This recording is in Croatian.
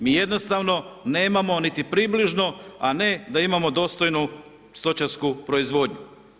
Mi jednostavno nemamo niti približno a ne da imamo dostojnu stočarsku proizvodnju.